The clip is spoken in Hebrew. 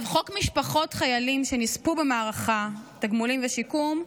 חוק משפחות חיילים שנספו במערכה (תגמולים ושיקום)